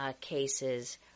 cases